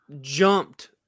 jumped